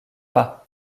pas